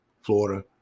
Florida